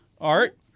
Art